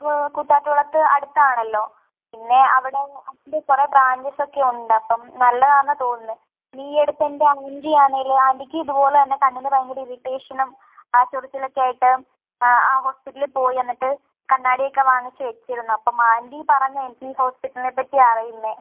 കൂത്താട്ടുകുളത്ത് അടുത്താണല്ലോ പിന്നെ അവിടെ അതിൻ്റെ കുറേ ബ്രാഞ്ചസൊക്കെ ഉണ്ട് അപ്പം നല്ലതാണെന്നാണ് തോന്നുന്നത് ഈ അടുത്ത് എൻ്റെ ആൻ്റി ആണെങ്കിൽ ആൻ്റിക്ക് ഇത് പോലെതന്നെ കണ്ണിന് ഭയങ്കര ഇറിറ്റേഷനും ആ ചൊറിച്ചലക്കെ ആയിട്ട് ആ ഹോസ്പിറ്റലിൽ പോയി എന്നിട്ട് കണ്ണാടിയെക്കെ വാങ്ങിച്ച് വച്ചിരുന്നു അപ്പം ആൻ്റി പറഞ്ഞാണ് എനിക്ക് ഈ ഹോസ്പിറ്റലിനെപ്പറ്റി അറിയുന്നത്